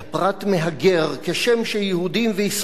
"כשם שיהודים וישראלים טובים יורדים